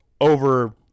over